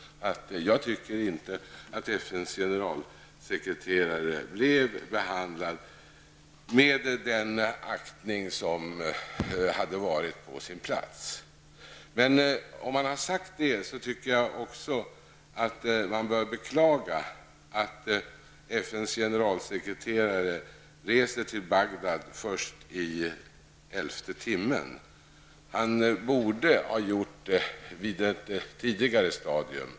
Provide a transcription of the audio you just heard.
Jag tycker inte att FNs generalsekreterare blev behandlad med den aktning som hade varit på sin plats. Men när man har sagt detta bör man också beklaga att FNs generalsekreterare reser till Bagdad först i elfte timmen. Han borde ha gjort det vid ett tidigare stadium.